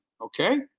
okay